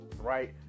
right